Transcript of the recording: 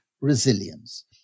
resilience